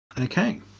okay